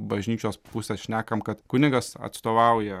bažnyčios pusės šnekam kad kunigas atstovauja